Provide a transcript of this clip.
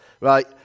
right